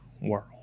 world